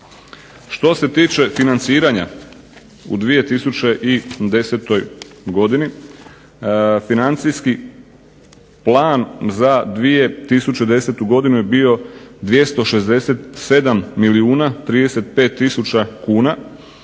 Što se tiče financiranja u 2010. godini financijski plan za 2010. godinu je bio 267 milijuna 35 tisuća kuna